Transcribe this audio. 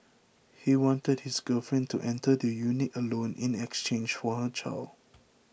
he wanted his girlfriend to enter the unit alone in exchange for her child